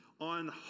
On